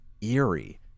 eerie